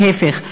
להפך.